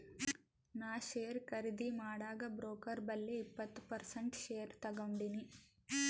ನಾ ಶೇರ್ ಖರ್ದಿ ಮಾಡಾಗ್ ಬ್ರೋಕರ್ ಬಲ್ಲಿ ಇಪ್ಪತ್ ಪರ್ಸೆಂಟ್ ಶೇರ್ ತಗೊಂಡಿನಿ